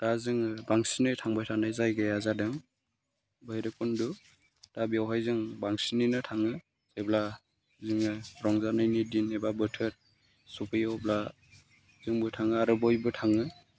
दा जोङो बांसिनै थांबाय थानाय जायगाया जादों भैरुबखुन्द' दा बेवहाय जोङो बांसिनैनो थाङो जेब्ला जोङो रंजानायनि दिन एबा बोथोर सफैयो बा सम सफैयो अब्ला जोंबो थाङो आरो बयबो थाङो